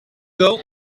ago